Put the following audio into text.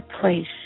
place